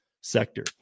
sector